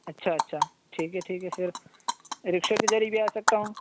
اچھا اچھا ٹھیک ہے ٹھیک ہے پھر رکشے کے ذریعے بھی جا سکتا ہوں